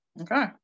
okay